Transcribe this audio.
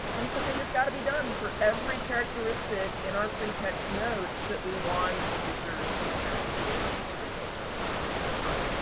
it's a thing that's got to be done for every characteristic in our free text notes that we want users, patrons to be able to filter or search on.